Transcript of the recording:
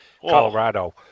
Colorado